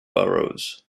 burrows